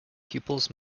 pupils